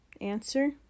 Answer